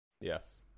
Yes